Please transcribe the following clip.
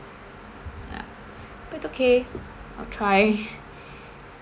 ya but it's okay I'll try